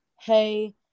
hey